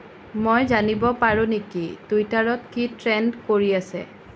মই জানিব পাৰোঁ নেকি টুইটাৰত কি ট্ৰেণ্ড কৰি আছে